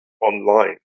online